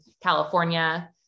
California